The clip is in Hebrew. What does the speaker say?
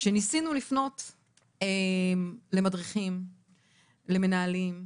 שניסינו לפנות למדריכים, למנהלים,